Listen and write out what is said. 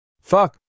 Fuck